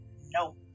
No